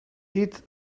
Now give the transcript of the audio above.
eat